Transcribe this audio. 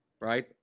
right